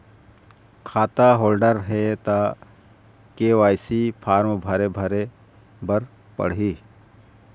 खाता होल्ड हे ता के.वाई.सी फार्म भरे भरे बर पड़ही?